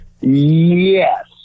Yes